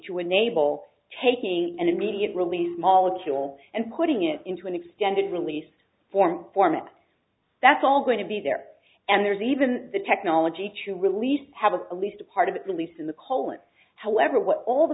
to enable taking an immediate release molecule and putting it into an extended release form form it that's all going to be there and there's even the technology to release have a at least part of the release in the colon however what all the